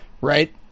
Right